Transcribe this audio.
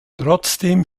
trotzdem